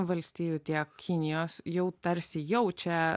valstijų tiek kinijos jau tarsi jaučia